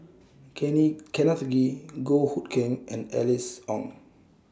Kenneth Kee Goh Hood Keng and Alice Ong